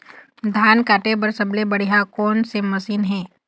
धान काटे बर सबले बढ़िया कोन से मशीन हे?